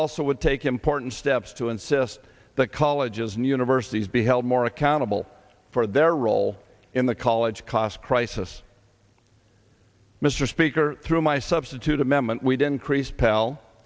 also would take important steps to insist that colleges and universities be held more accountable for their role in the college cost crisis mr speaker through my substitute amendment we didn't crease pal